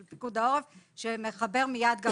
העורף, שמחבר מיד אל